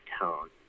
tone